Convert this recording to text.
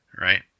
Right